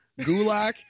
gulak